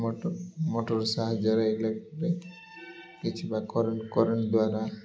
ମଟ motor motor ସାହାଯ୍ୟରେ ଇଲେକ୍ଟ୍ରି କିଛି ବା କରେଣ୍ଟ କରେଣ୍ଟ ଦ୍ୱାରା